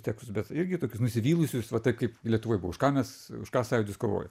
tekstus bet irgi tokius nusivylusius va taip kaip lietuvoj už ką mes už ką sąjūdis kovojo